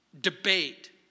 debate